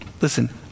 listen